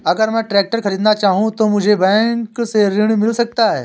अगर मैं ट्रैक्टर खरीदना चाहूं तो मुझे बैंक से ऋण मिल सकता है?